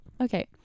okay